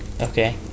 okay